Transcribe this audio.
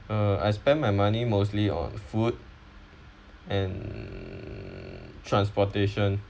uh I spend my money mostly on food and transportation